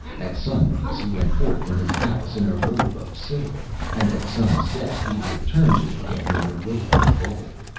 at sunrise he went forth from his palace in a robe of silver, and at sunset he returned to it again in a robe of gold.